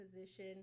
position